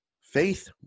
Faith